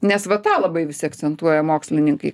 nes va tą labai visi akcentuoja mokslininkai